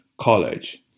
college